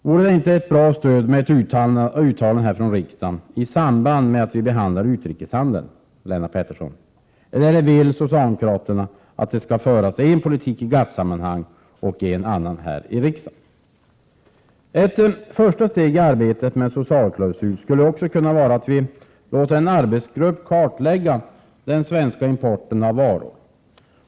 Vore det inte ett bra stöd med ett uttalande från riksdagen i samband med att vi behandlar frågan om utrikeshandeln, Lennart Pettersson? Eller vill socialdemokraterna att det skall föras en politik i GATT-sammanhang och en annan här i riksdagen? Ett första steg i arbetet med en socialklausul skulle kunna vara att låta en arbetsgrupp kartlägga den svenska importen av varor.